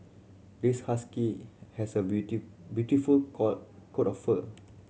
this husky has a beautiful coat of fur